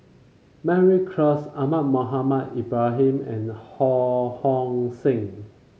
Mary Klass Ahmad Mohamed Ibrahim and Ho Hong Sing